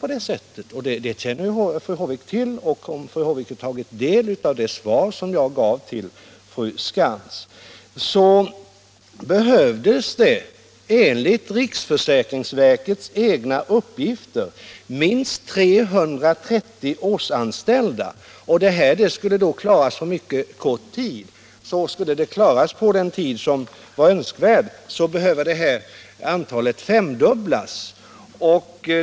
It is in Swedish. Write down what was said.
Om rätt till Som fru Håvik känner till och som även framgick av det svar jag = retroaktivt sjukpen uppgifter minst 330 årsanställda för att genomföra ett system med re troaktiv sjukpenning. Systemet skulle dessutom genomföras under en mycket kort tid, och skulle man klara av detta inom den tid som var önskvärd måste antalet årsanställda femdubblas.